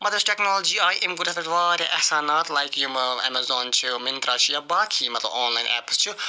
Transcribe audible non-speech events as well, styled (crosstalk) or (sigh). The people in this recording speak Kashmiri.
مطلب یوٚس ٹیٚکنالجی آے أمۍ کوٚر (unintelligible) پٮ۪ٹھ واریاہ احسانات لایک یِم امیزان چھِ مِنترا چھِ یا باقٕے چھِ مَطلَب یِم آنلاین ایپٕس چھِ